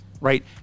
right